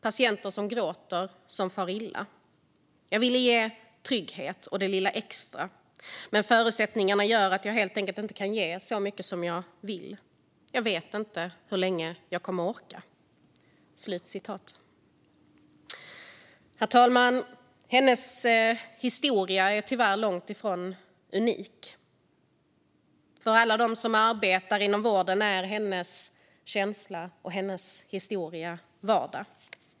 Patienter som gråter, som far illa. Jag ville ge trygghet, och det lilla extra. Men förutsättningarna gör att jag helt enkelt inte kan ge så mycket som jag vill. Jag vet inte hur länge jag kommer att orka. Herr talman! Hennes historia är tyvärr långt ifrån unik; för alla som arbetar inom vården är hennes känsla och hennes historia vardag.